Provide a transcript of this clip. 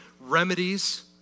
remedies